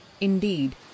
Indeed